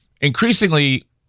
increasingly